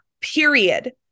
period